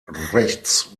rechts